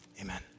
amen